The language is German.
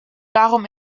darum